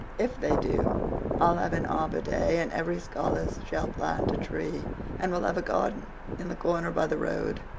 if they do i'll have an arbor day and every scholar shall plant a tree and we'll have a garden in the corner by the road.